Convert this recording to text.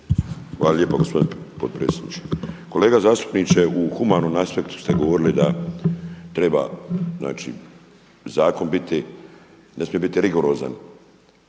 Hvala lijepo gospodine potpredsjendiče. Kolega zastupniče, u humanom aspektu ste govorili da treba, znači zakon biti, ne smije biti rigorozan,